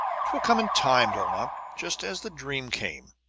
twill come in time, dulnop, just as the dream came!